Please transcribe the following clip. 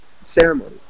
ceremony